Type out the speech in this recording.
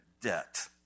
debt